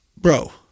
bro